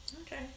Okay